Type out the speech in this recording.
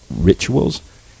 Rituals